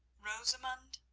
rosamund?